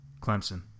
Clemson